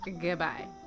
Goodbye